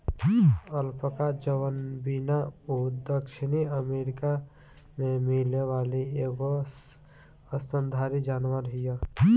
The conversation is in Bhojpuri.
अल्पका जवन बिया उ दक्षिणी अमेरिका में मिले वाली एगो स्तनधारी जानवर हिय